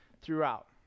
throughout